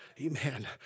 Amen